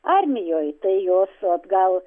armijoj tai jos vat gal